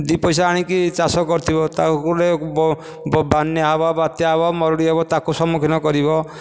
ଦୁଇ ପଇସା ଆଣିକି ଚାଷ କରିଥିବ ତା ଗୋଟେ ବାନ୍ୟା ହେବ ବାତ୍ୟା ହେବ ମରୁଡ଼ି ହେବ ତାକୁ ସମ୍ମୁଖୀନ କରିବ